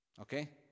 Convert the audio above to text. Okay